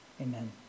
Amen